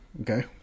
Okay